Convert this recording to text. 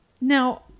Now